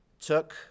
took